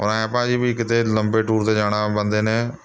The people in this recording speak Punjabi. ਔਰ ਐਂ ਭਾਅ ਜੀ ਵੀ ਕਿਤੇ ਲੰਬੇ ਟੂਰ 'ਤੇ ਜਾਣਾ ਬੰਦੇ ਨੇ